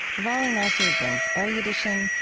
vali nasr brings erudition,